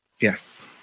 Yes